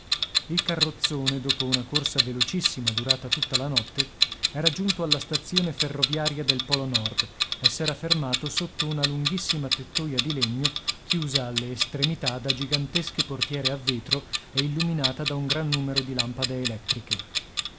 il carrozzone dopo una corsa velocissima durata tutta la notte era giunto alla stazione ferroviaria del polo nord e s'era fermato sotto una lunghissima tettoia di legno chiusa alle estremità da gigantesche portiere a vetro e illuminata da un gran numero di lampade elettriche